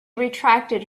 retracted